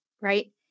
right